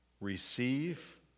receive